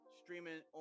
streaming